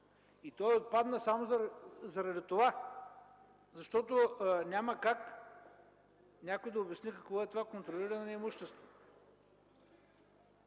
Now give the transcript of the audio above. И то отпадна само заради това, че няма как някой да обясни какво е това „контролиране на имущество”.